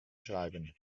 schreiben